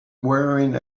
wearing